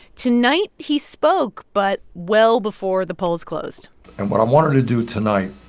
tonight he spoke but well before the polls closed and what i wanted to do tonight,